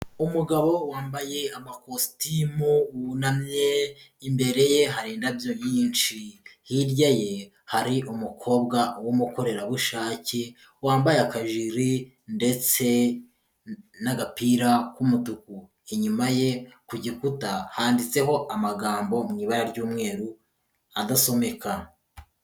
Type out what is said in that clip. Umugabo wambaye amakositimu wunamye, imbere ye hari indabyo nyinshi, hirya ye hari umukobwa w'umukorerabushake wambaye akajiri ndetse n'agapira k'umutuku, inyuma ye ku gikuta handitseho amagambo mu ibara ry'umweru adasomeka.